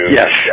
yes